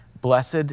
Blessed